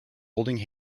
holding